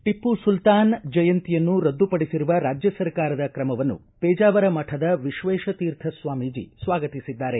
ಟಮ್ನ ಸುಲ್ತಾನ್ ಜಯಂತಿಯನ್ನು ರದ್ದುಪಡಿಸಿರುವ ರಾಜ್ಯ ಸರ್ಕಾರದ ಕ್ರಮವನ್ನು ಪೇಜಾವರ ಮಠದ ವಿಶ್ವೇಶ ತೀರ್ಥ ಸ್ವಾಮೀಜಿ ಸ್ವಾಗತಿಸಿದ್ದಾರೆ